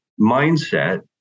mindset